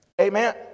Amen